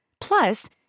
Plus